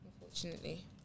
Unfortunately